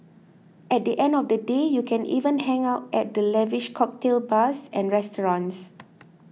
at the end of the day you can even hang out at the lavish cocktail bars and restaurants